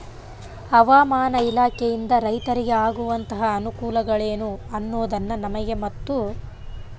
ಹವಾಮಾನ ಇಲಾಖೆಯಿಂದ ರೈತರಿಗೆ ಆಗುವಂತಹ ಅನುಕೂಲಗಳೇನು ಅನ್ನೋದನ್ನ ನಮಗೆ ಮತ್ತು?